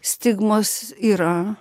stigmos yra